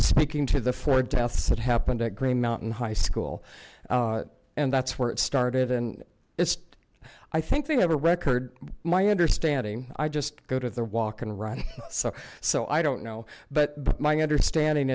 speaking to the four deaths that happened at green mountain high school and that's where it started and it's i think they have a record my understanding i just go to their walk and run so i don't know but my understanding